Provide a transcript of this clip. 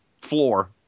floor